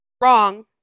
Wrong